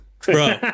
Bro